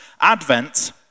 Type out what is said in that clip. Advent